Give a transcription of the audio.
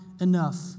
enough